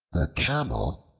the camel,